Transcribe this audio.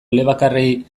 elebakarrei